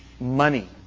money